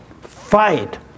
fight